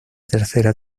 tercera